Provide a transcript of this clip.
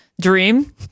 dream